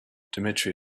dimitri